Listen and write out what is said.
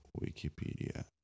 Wikipedia